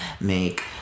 make